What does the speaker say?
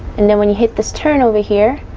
and then when you hit this turn over here,